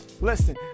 listen